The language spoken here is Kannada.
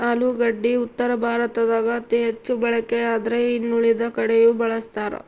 ಆಲೂಗಡ್ಡಿ ಉತ್ತರ ಭಾರತದಾಗ ಅತಿ ಹೆಚ್ಚು ಬಳಕೆಯಾದ್ರೆ ಇನ್ನುಳಿದ ಕಡೆಯೂ ಬಳಸ್ತಾರ